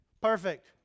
Perfect